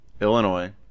illinois